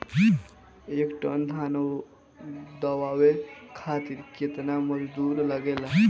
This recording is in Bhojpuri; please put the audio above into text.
एक टन धान दवावे खातीर केतना मजदुर लागेला?